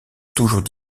toujours